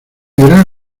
era